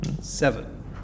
seven